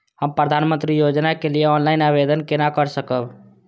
हम प्रधानमंत्री योजना के लिए ऑनलाइन आवेदन केना कर सकब?